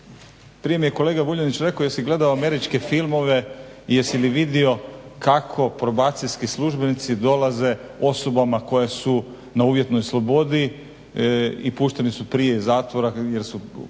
Prije mi je kolega Vuljanić rekao jesi gledao američke filmove i jesi li vidio kako probacijski službenici dolaze osobama koje su na uvjetnoj slobodi i pušteni su prije iz zatvora jer su